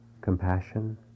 compassion